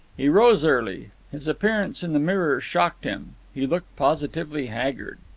he rose early. his appearance in the mirror shocked him. he looked positively haggard.